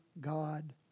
God